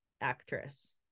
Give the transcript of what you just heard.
actress